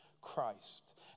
Christ